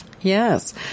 Yes